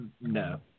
No